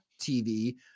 TV